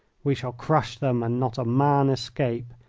we shall crush them and not a man escape.